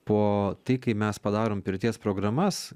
po tai kai mes padarom pirties programas